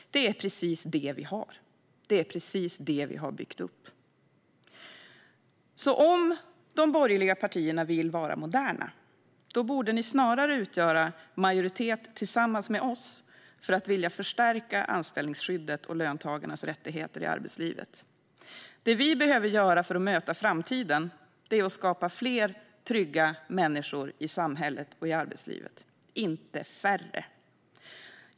Det är precis det som vi har byggt upp. Om de borgerliga partierna vill vara moderna borde ni snarare utgöra en majoritet tillsammans med oss för att förstärka anställningsskyddet och löntagarnas rättigheter i arbetslivet. Det som vi behöver göra för att möta framtiden är att skapa fler trygga människor i samhället och i arbetslivet, inte färre.